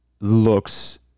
looks